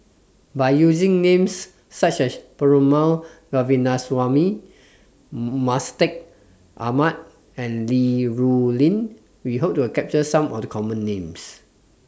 By using Names such as Perumal Govindaswamy Mustaq Ahmad and Li Rulin We Hope to capture Some of The Common Names